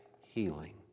healing